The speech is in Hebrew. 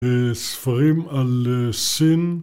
ספרים על סין